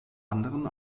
anderen